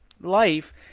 life